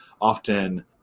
often